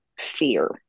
fear